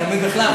אני לומד בכלל,